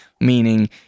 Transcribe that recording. Meaning